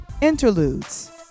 Interludes